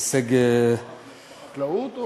וזה הישג, בחקלאות?